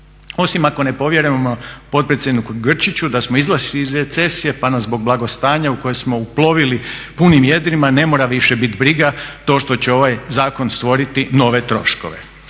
osim ako ne povjerimo potpredsjedniku Grčiću da smo izašli iz recesije pa nas zbog blagostanja u koje smo uplovili punim jedrima ne mora više biti briga to što će ovaj zakon stvoriti nove troškove,